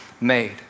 made